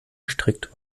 gestrickt